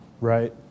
Right